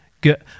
Good